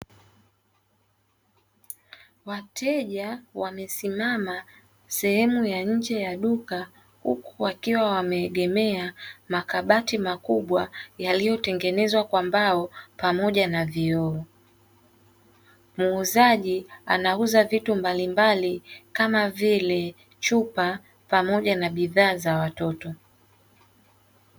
Wateja wamesimama sehemu ya nje ya duka huku wakiwa wameegemea makabati makubwa yaliyotengenezwa kwa mbao pamoja na vioo. Muuzaji anauza vitu mbalimbali kama vile chupa pamoja na bidhaa za watoto.